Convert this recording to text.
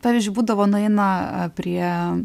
pavyzdžiui būdavo nueina prie